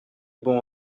bons